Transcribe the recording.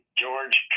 george